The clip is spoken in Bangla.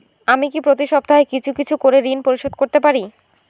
আমি কি প্রতি সপ্তাহে কিছু কিছু করে ঋন পরিশোধ করতে পারি?